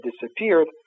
disappeared